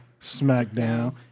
SmackDown